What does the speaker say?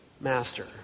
master